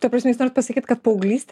ta prasme jūs norit pasakyt kad paauglystė